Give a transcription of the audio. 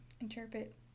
interpret